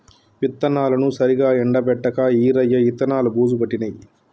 విత్తనాలను సరిగా ఎండపెట్టక ఈరయ్య విత్తనాలు బూజు పట్టినాయి